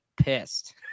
pissed